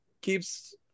keeps